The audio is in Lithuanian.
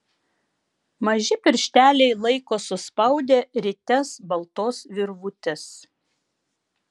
maži piršteliai laiko suspaudę rites baltos virvutės